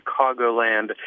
Chicagoland